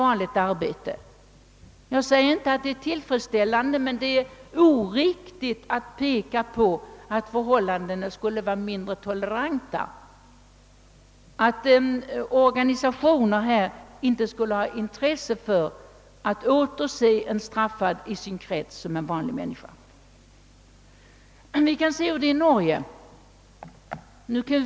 Jag säger därmed inte att förhållandena är helt tillfredsställande, men jag anser det oriktigt att påstå att våra arbetsmarknadsorganisationer är mindre toleranta och inte skulle vilja återuppta en person som suttit i fängelse i sin krets och behandla honom som en vanlig människa. Vi kan jämföra med förhållandena i Norge.